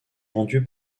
rendu